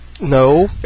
No